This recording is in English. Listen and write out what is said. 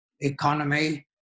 economy